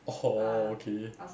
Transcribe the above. oh orh okay